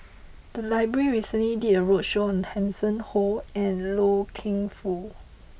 the library recently did a roadshow on Hanson Ho and Loy Keng Foo